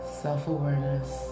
self-awareness